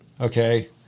Okay